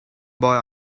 boy